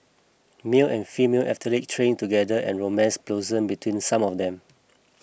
male and female athlete trained together and romance blossomed between some of them